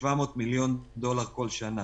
כ-700 מיליון דולר כל שנה.